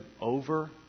over